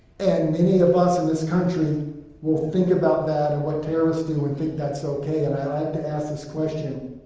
and many of us in this country will think about that and what terrorists do and think that's okay, and i like ask this question